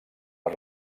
les